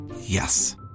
Yes